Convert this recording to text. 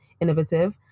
innovative